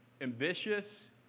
ambitious